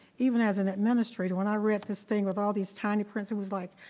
even as an administrator when i read this thing with all these tiny prints, it was like,